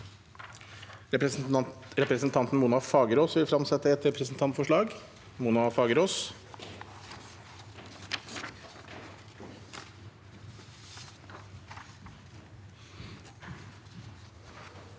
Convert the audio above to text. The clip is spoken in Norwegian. Representanten Mona Fa- gerås vil fremsette et representantforslag. Mona Fagerås